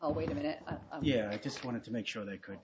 oh wait a minute yeah i just wanted to make sure they could